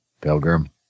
Pilgrim